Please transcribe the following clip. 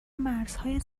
مرزهای